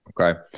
Okay